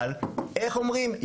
אבל איך אומרים?